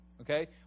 okay